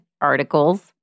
articles